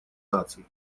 наций